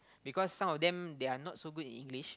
because some of them they are not so good in English